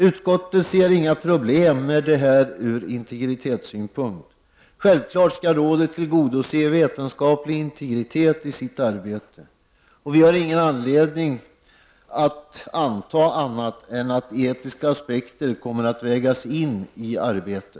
Utskottet ser inga problem med detta ur integritetssynpunkt. Självfallet skall rådet tillgodose vetenskaplig integritet i sitt arbete. Utskottet har inte någon anledning att anta annat än att etiska aspekter kommer att vägas in i detta arbete.